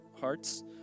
hearts